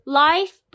life